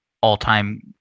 all-time